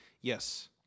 Yes